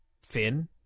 Finn